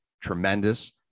tremendous